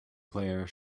player